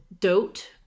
dote